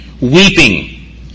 weeping